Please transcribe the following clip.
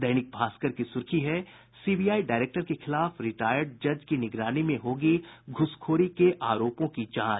दैनिक भास्कर की सुर्खी है सीबीआई डायरेक्टर के खिलाफ रिटायर्ड जज की निगरानी में होगी घूसखोरी के आरोपों की जांच